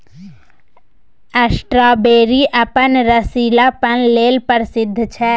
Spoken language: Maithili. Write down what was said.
स्ट्रॉबेरी अपन रसीलापन लेल प्रसिद्ध छै